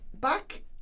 Back